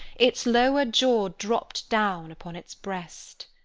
its lower jaw dropped down upon its breast!